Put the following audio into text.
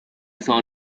saw